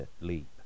leap